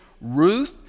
Ruth